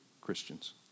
Christians